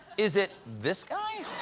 is it this guy?